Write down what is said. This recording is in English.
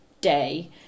day